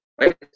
right